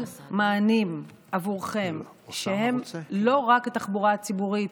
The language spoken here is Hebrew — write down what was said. מענים עבורכם שהם לא רק התחבורה הציבורית,